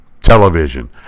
television